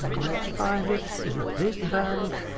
let's find it. is it this bank?